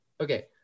Okay